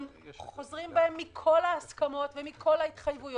הם חוזרים בהם מכל ההסכמות ומכל ההתחייבויות.